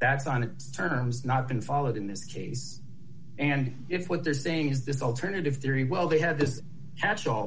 that's on its terms not been followed in this case and if what they're saying is this alternative theory well they have this catch all